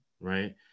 right